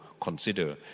consider